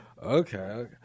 Okay